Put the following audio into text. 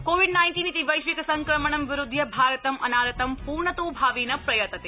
Covid nineteen इति वैश्विक संक्रमणं विरुध्य भारतं अनारतं प्रर्णतोभावेन प्रयतते